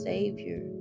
Savior